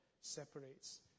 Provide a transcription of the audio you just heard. separates